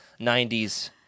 90s